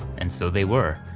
and so they were,